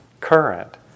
current